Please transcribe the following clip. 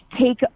take